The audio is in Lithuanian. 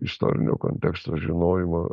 istorinio konteksto žinojimą